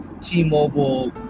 T-Mobile